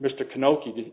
does